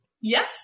Yes